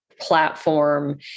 platform